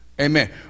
Amen